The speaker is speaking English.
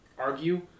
argue